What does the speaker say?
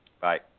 Bye